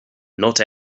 not